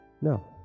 No